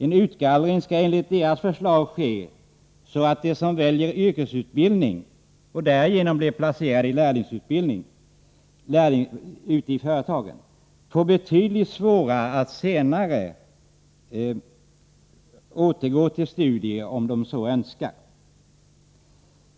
En utgallring skall enligt moderaternas förslag ske, vilket innebär att de som väljer yrkesutbildning och därigenom blir placerade i lärlingsutbildning ute i företagen får det betydligt svårare att senare återgå till studier om de så önskar.